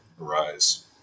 arise